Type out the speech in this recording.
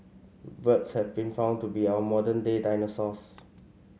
birds have been found to be our modern day dinosaurs